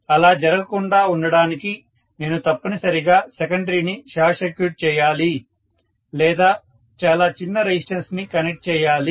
అలా జరగకుండా ఉండడానికి నేను తప్పనిసరిగా సెకండరీని షార్ట్ సర్క్యూట్ చేయాలి లేదా చాలా చిన్న రెసిస్టెన్స్ ని కనెక్ట్ చేయాలి